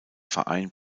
verein